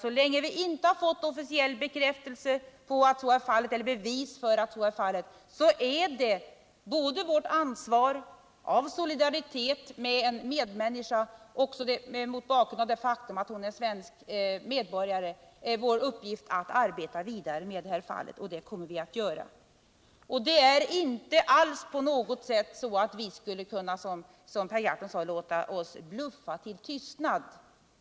Så länge vi inte har fått officiell bekräftelse på eller bevis för att hon skulle vara död ligger det på vårt ansvar, av solidaritet med en medmänniska och också mot bakgrund av det faktum att hon är svensk medborgare, och det är vår uppgift att arbeta vidare med det här fallet. Det kommer vi att göra. Vi skulle inte alls, som Per Gahrton sade, kunna låta oss bluffas till tystnad.